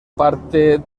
parte